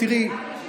תראי,